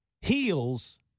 heals